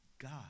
God